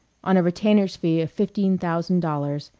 on a retainer's fee of fifteen thousand dollars,